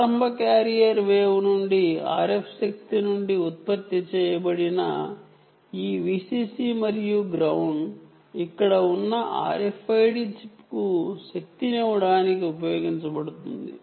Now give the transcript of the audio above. ప్రారంభ carrier wave నుండి RF శక్తి నుండి ఉత్పత్తి చేయబడిన ఈ Vccమరియు గ్రౌండ్ ఇక్కడ ఉన్న RFID చిప్కు శక్తినివ్వడానికి ఉపయోగించబడుతుంది